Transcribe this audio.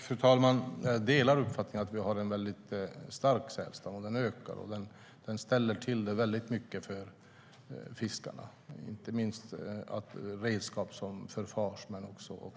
Fru talman! Jag delar uppfattningen att vi har en väldigt stark sälstam. Den ökar och ställer till det väldigt mycket för fiskarna, inte minst när det gäller redskap som förfars men också